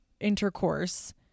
intercourse